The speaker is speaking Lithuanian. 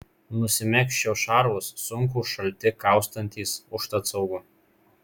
nusimegzčiau šarvus sunkūs šalti kaustantys užtat saugu